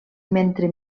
mentre